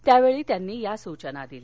त्यावेळी त्यांनी या सूचना दिल्या